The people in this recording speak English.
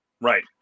right